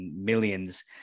millions